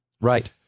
Right